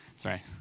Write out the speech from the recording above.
Sorry